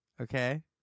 Okay